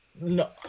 No